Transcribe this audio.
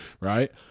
Right